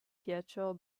pietro